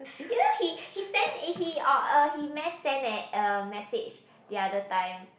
you know he he sent it he or uh he mass sent uh a message the other time